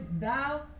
thou